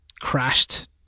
crashed